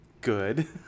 Good